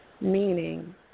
Meaning